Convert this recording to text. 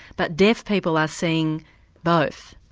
but deaf people are seeing both.